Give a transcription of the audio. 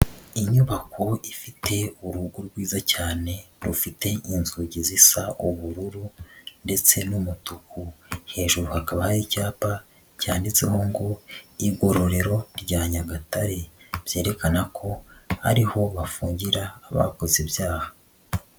Inyubako ifite urugo rwiza cyane rufite inzugi zisa ubururu ndetse n'umutuku, hejuru hakaba hari icyapa cyanditseho ngo igororero rya Nyagatare, byerekana ko ariho bafungira abakoze ibyaha.